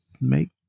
make